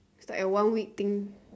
it's like a one week thing